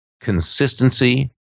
consistency